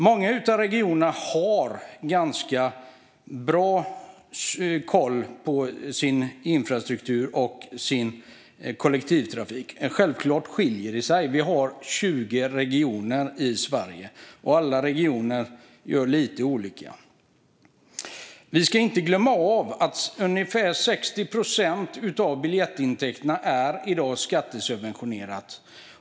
Många av regionerna har ganska bra koll på sin infrastruktur och sin kollektivtrafik. Men självklart skiljer det sig åt. Vi har 21 regioner i Sverige, och alla regioner gör lite olika. Vi ska inte glömma bort att ungefär 60 procent av biljettpriserna i dag är skattesubventionerade.